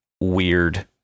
Weird